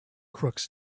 crooks